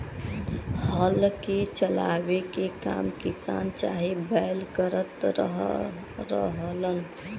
हल के चलावे के काम किसान चाहे बैल करत रहलन